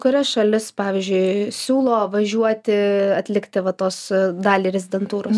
kurias šalis pavyzdžiui siūlo važiuoti atlikti va tos dalį rezidentūros